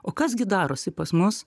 o kas gi darosi pas mus